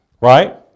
Right